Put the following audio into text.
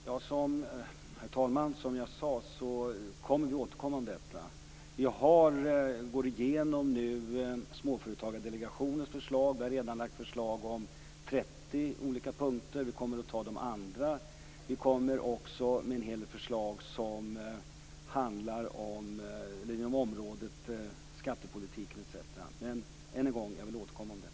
Herr talman! Som jag sade, kommer vi att återkomma om detta. Nu går vi igenom Småföretagsdelegationens förslag. Vi har redan lagt förslag om 30 olika punkter. Vi kommer att ta upp de andra också. Vi kommer också med en hel del förslag inom skattepolitiken etc. Men jag vill återkomma om detta.